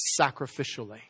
sacrificially